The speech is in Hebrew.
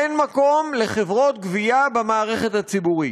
אין מקום לחברות גבייה במערכת הציבורית.